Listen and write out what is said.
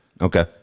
Okay